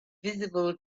visible